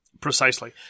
Precisely